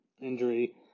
injury